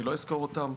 אני לא אסקור אותם.